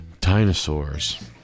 dinosaurs